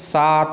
सात